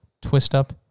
Twist-Up